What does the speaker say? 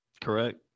Correct